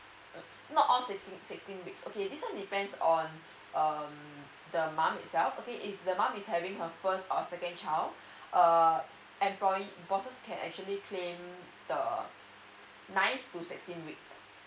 not all sixteen weeks okay this one depends on um the mum itself okay if the mum is having her first or second child uh employee bosses can actually claim the nine to sixteen week